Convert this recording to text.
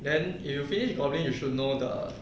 then if you finish goblin you should know the